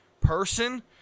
person